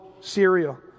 cereal